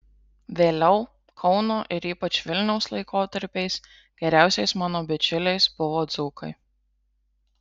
vėliau kauno ir ypač vilniaus laikotarpiais geriausiais mano bičiuliais buvo dzūkai